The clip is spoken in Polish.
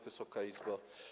Wysoka Izbo!